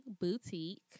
boutique